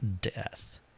death